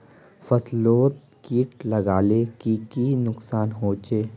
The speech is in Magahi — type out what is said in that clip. फसलोत किट लगाले की की नुकसान होचए?